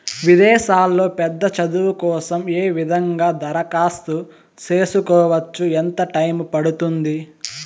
విదేశాల్లో పెద్ద చదువు కోసం ఏ విధంగా దరఖాస్తు సేసుకోవచ్చు? ఎంత టైము పడుతుంది?